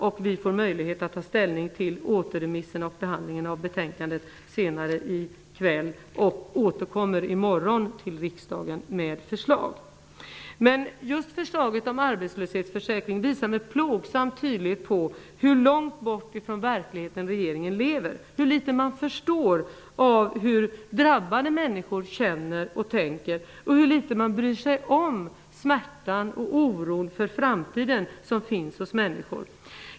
Utskottet får möjlighet att ta ställning till återremissen och behandlingen av betänkandet senare i kväll, och återkommer i morgon till riksdagen med förslag. Just förslaget om arbetslöshetsförsäkring visar med plågsam tydlighet på hur långt bort ifrån verkligheten regeringen lever, hur litet man förstår av hur drabbade människor känner och tänker och hur litet man bryr sig om smärtan och oron för framtiden som finns hos människor.